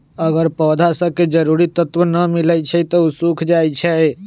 अगर पौधा स के जरूरी तत्व न मिलई छई त उ सूख जाई छई